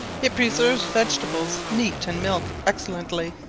it preserves vegetables, meat, and milk excellently.